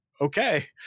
okay